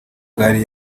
gari